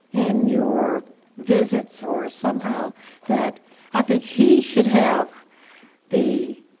in your visits or somehow that i think he should have the.